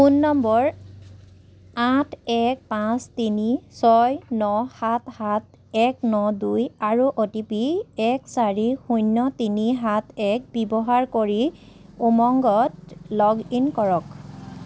phone নম্বৰ আঠ এক পাঁচ তিনি ছয় ন সাত সাত এক ন দুই আৰু অ' টি পি এক চাৰি শূন্য তিনি সাত এক ব্যৱহাৰ কৰি উমংগত লগ ইন কৰক